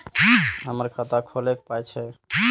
हमर खाता खौलैक पाय छै